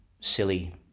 silly